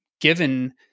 given